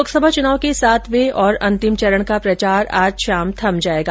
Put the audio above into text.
लोकसभा चुनाव के सातवें और अंतिम चरण का प्रचार आज शाम थम जायेगा